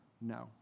No